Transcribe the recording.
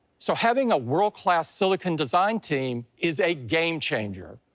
so having a world-class silicon design team is a game changer.